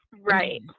right